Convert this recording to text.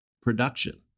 production